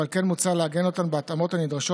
ועל כן מוצע לעגן אותן בהתאמות הנדרשות